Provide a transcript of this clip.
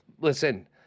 Listen